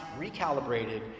recalibrated